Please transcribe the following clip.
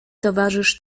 towarzysz